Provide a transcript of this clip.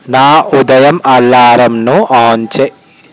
ఉదయం అలారంను ఆన్ చేయి